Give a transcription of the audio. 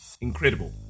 incredible